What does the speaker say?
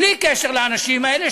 בלי קשר לאנשים האלה,